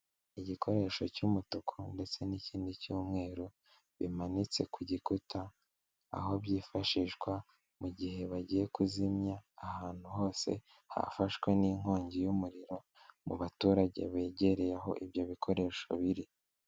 Igikoresho cy'umutuku ndetse n'ikindi cy'umweru, bimanitse ku gikuta, aho byifashishwa mu gihe bagiye kuzimya ahantu hose hafashwe n'inkongi y'umuriro, mu baturage begereye aho ibyo bikoresho biri.